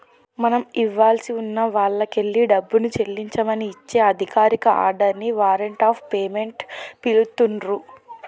మనం ఇవ్వాల్సి ఉన్న వాల్లకెల్లి డబ్బుని చెల్లించమని ఇచ్చే అధికారిక ఆర్డర్ ని వారెంట్ ఆఫ్ పేమెంట్ పిలుత్తున్రు